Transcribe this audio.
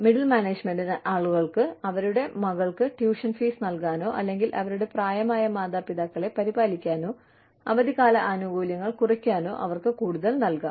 middle management ആളുകൾക്ക് അവരുടെ മക്കൾക്ക് ട്യൂഷൻ ഫീസ് നൽകാനോ അല്ലെങ്കിൽ അവരുടെ പ്രായമായ മാതാപിതാക്കളെ പരിപാലിക്കാനോ അവധിക്കാല ആനുകൂല്യങ്ങൾ കുറയ്ക്കാനോ അവർക്ക് കൂടുതൽ നൽകാം